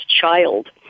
child